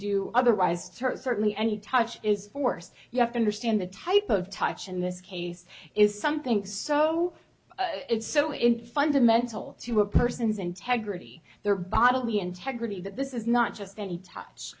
do otherwise target certainly any touch is force you have to understand the type of touch in this case is something so so in fundamental to a person's integrity their bodily integrity that this is not just any touch